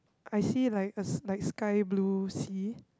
I see like a like sky blue sea